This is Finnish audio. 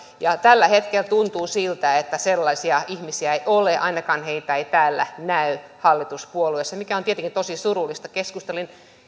tällä hetkellä tuntuu siltä että sellaisia ihmisiä ei ole ainakaan heitä ei täällä näy hallituspuolueissa mikä on tietenkin tosi surullista keskustelin